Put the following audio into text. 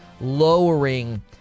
lowering